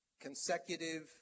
consecutive